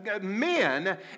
men